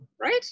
right